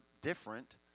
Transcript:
different